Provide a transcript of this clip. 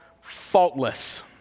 Faultless